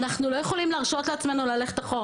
אנו לא יכולים להרשות לעצמנו ללכת אחורה.